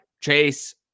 Chase